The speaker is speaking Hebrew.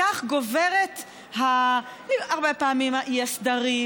כך גוברים הרבה פעמים האי-סדרים,